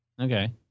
Okay